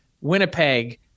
Winnipeg